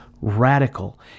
radical